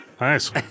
Nice